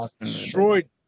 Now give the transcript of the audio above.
destroyed